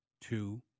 two